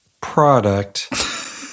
product